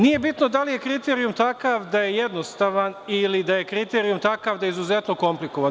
Nije bitno da li je kriterijum takav da je jednostavan ili da je kriterijum da je izuzetno komplikovan.